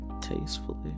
Tastefully